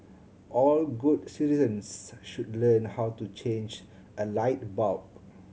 all good citizens should learn how to change a light bulb